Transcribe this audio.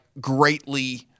greatly